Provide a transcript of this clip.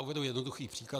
Uvedu jednoduchý příklad.